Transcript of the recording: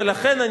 ולכן,